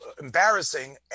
embarrassing